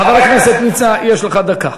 חבר הכנסת מצנע, יש לך דקה.